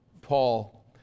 Paul